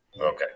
Okay